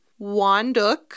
Wanduk